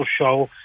show